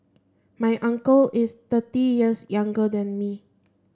my uncle is thirty years younger than me